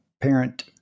parent